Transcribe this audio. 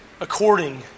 according